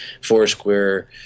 Foursquare